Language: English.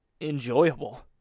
enjoyable